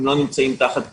הם לא נמצאים תחת פיקוח.